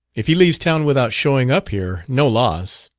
if he leaves town without showing up here, no loss.